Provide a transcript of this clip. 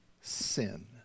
sin